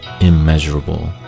immeasurable